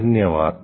धन्यवाद